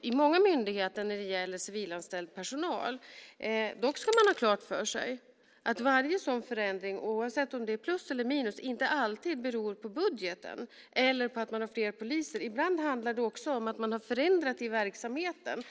i många myndigheter när det gäller civilanställd personal. Dock ska man ha klart för sig att sådana förändringar, oavsett om det är plus eller minus, inte alltid beror på budgeten eller på att man har fler poliser. Ibland handlar det också om att man har förändrat i verksamheten.